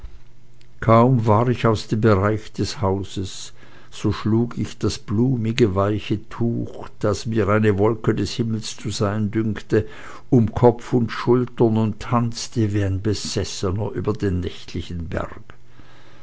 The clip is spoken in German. kaum war ich aus dem bereiche des hauses so schlug ich das blumige weiche tuch das mir eine wolke des himmels zu sein dünkte um kopf und schultern und tanzte darin wie ein besessener über den nächtlichen berg